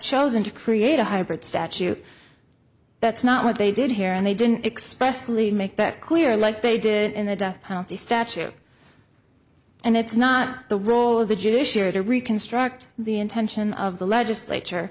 chosen to create a hybrid statute that's not what they did here and they didn't express lee make that clear like they did in the death penalty statute and it's not the role of the judiciary to reconstruct the intention of the legislature